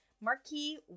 marquee